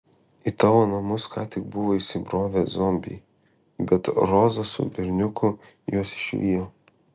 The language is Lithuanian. į tavo namus ką tik buvo įsibrovę zombiai bet roza su berniuku juos išvijo